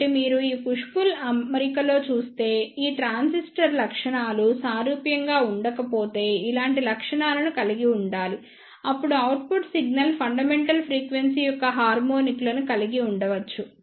కాబట్టి మీరు ఈ పుష్ పుల్ అమరికలో చూస్తే ఈ ట్రాన్సిస్టర్ లక్షణాలు సారూప్యంగా ఉండకపోతే ఇలాంటి లక్షణాలను కలిగి ఉండాలి అప్పుడు అవుట్పుట్ సిగ్నల్ ఫండమెంటల్ ఫ్రీక్వెన్సీ యొక్క హార్మోనిక్లను కలిగి ఉండవచ్చు